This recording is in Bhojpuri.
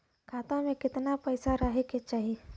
खाता में कितना पैसा रहे के चाही?